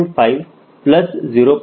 5 plus 0